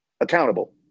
accountable